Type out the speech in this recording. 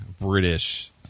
British